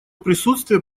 присутствие